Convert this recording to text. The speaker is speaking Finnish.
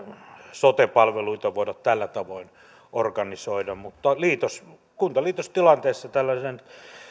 sote palveluita voida tällä tavoin organisoida mutta kuntaliitostilanteissa tällainen